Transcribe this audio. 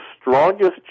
strongest